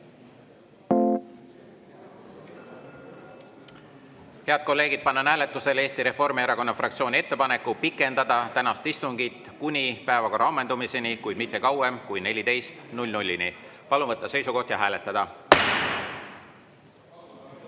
Head kolleegid, panen hääletusele Eesti Reformierakonna fraktsiooni ettepaneku pikendada tänast istungit kuni päevakorra ammendumiseni, kuid mitte kauem kui kella 14‑ni. Palun võtta seisukoht ja hääletada!